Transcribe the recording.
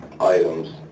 items